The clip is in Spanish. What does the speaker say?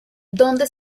donde